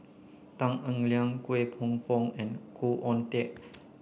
Tan Eng Liang Kwek Hong Png and Khoo Oon Teik